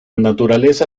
naturaleza